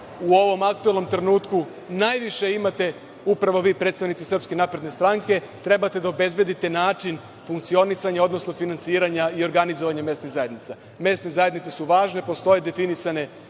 u ovom aktuelnom trenutku, najviše imate upravo vi, predstavnici SNS, treba da obezbedite način funkcionisanja, odnosno finansiranja i organizovanja mesnih zajednica. Mesne zajednice su važne, postoje definisane